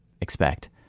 expect